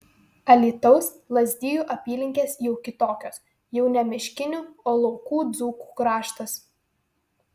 alytaus lazdijų apylinkės jau kitokios jau ne miškinių o laukų dzūkų kraštas